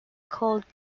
called